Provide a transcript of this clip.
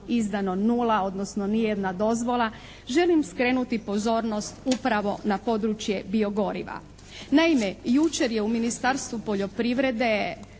izdano nula, odnosno ni jedna dozvola, želim skrenuti pozornost upravo na područje bio-goriva. Naime, jučer je u Ministarstvu poljoprivrede